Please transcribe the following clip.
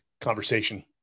conversation